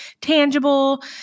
tangible